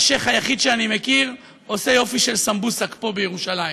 השיח' היחיד שאני מכיר עושה יופי של סמבוסק פה בירושלים.